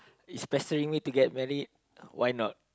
is pressing me to get married why not